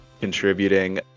contributing